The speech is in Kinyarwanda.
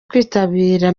kwitabira